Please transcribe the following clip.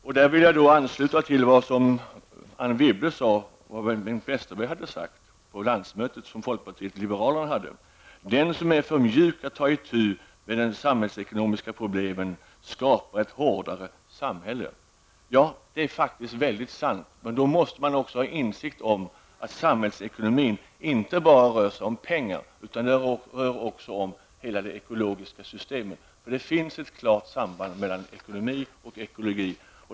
Jag vill ansluta till det Anne Wibble sade när hon refererade till vad Bengt Westerberg hade sagt på folkpartiet liberalerna landsmöte: den som är för mjuk att ta itu med de samhällsekonomiska problemen, skapar ett hårdare samhälle. Det är faktiskt sant, men då måste man också ha insikt om att samhällsekonomin inte bara rör sig om pengar, utan också om hela det ekologiska systemet. Det finns ett klart samband mellan ekologi och ekonomi.